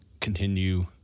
continue